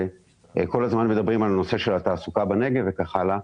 וכל הזמן מדברים על הנושא של התעסוקה בנגב וכן הלאה,